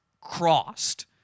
crossed